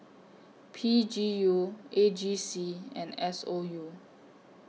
P G U A G C and S O U